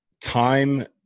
time